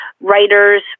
writers